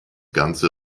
ganze